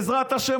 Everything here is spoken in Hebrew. בעזרת השם,